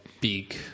big